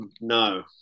no